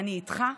אני איתך,